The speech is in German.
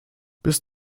bist